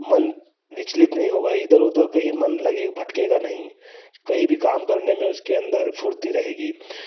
मन विचलित नहीं होगा इधर उधर कहीं मन लगे भटकेगा नहीं कहीं भी काम करने में उसके अंदर फुर्ती रहेगी